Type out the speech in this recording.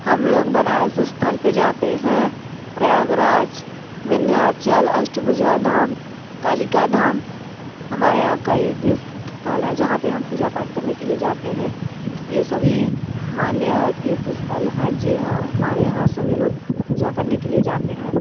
हम लोग बनारस स्थल पर जाते हैं प्रयागराज विंध्याचल अष्टभुजा धाम कालिका धाम हमारे यहाँ कई तीर्थ स्थल है जहाँ पे हम पूजा पाठ करने के लिए जाते हैं ये सभी मान्य तीर्थ स्थल हैं जी हाँ हमारे यहाँ सभी लोग पूजा करने के लिए जाते हैं